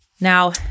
Now